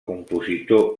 compositor